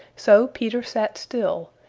so peter sat still,